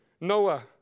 Noah